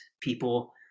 people